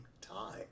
time